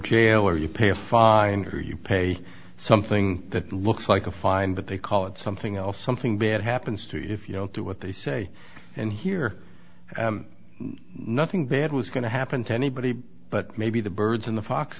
jail or you pay a fine who you pay something that looks like a fine but they call it something else something bad happens to you if you don't do what they say and here nothing bad was going to happen to anybody but maybe the birds in the fox